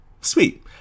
Sweet